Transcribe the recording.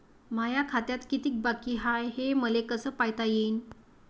माया खात्यात कितीक बाकी हाय, हे मले कस पायता येईन?